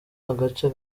agace